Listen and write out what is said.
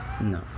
No